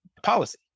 policy